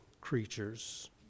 creatures